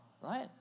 right